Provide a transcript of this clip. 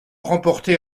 remporté